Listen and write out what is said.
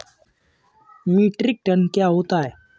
Metric ton क्या होता है?